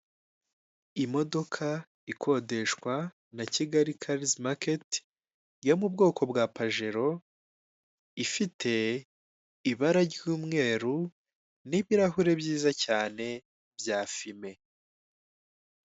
Imodoka ikodeshwa na Kigali karizi maketi yo mu bwoko bwa pajero, ifite ibara ry'umweru n'ibirahure byiza cyane bya fime.